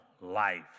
life